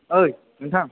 ओइ नोंथां